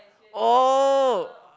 oh